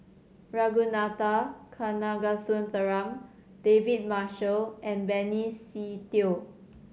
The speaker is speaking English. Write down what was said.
Ragunathar Kanagasuntheram David Marshall and Benny Se Teo